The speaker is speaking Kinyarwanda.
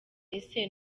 ese